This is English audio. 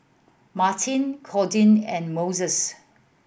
Martine Cordia and Moses